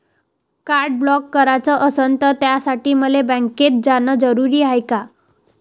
Card block कराच असनं त त्यासाठी मले बँकेत जानं जरुरी हाय का?